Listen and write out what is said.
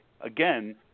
again